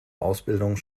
ausbildung